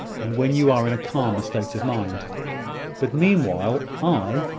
and when you are in a calmer state of mind but meanwhile i,